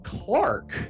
Clark